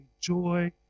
joy